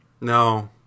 No